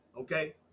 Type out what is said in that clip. okay